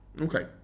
Okay